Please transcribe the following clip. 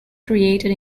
created